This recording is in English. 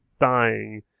dying